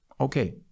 okay